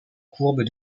courbes